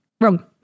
wrong